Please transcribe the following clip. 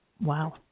Wow